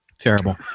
Terrible